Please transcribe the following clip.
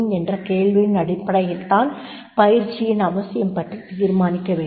என்ற கேள்வியின் அடிப்படையில்தான் பயிற்சியின் அவசியம் பற்றித் தீர்மானிக்கவேண்டும்